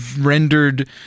rendered